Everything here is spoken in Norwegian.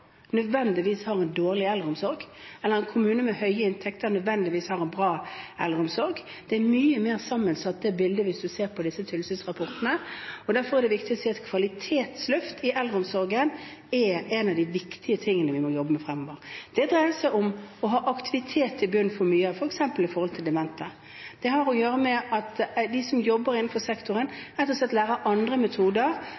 har en bra eldreomsorg. Hvis man ser på tilsynsrapportene, er bildet mye mer sammensatt. Derfor er det viktig å si at kvalitetsløft i eldreomsorgen er en av de viktige tingene vi må jobbe med fremover. Det dreier seg om å ha aktivitet i bunnen for mye, f.eks. når det gjelder demente. Det har å gjøre med at de som jobber innenfor